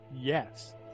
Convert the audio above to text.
Yes